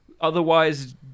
otherwise